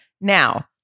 Now